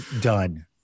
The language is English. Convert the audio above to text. Done